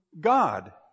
God